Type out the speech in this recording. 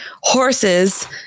horses